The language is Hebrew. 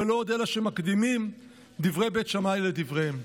ולא עוד אלא שמקדימים דברי בית שמאי לדבריהם".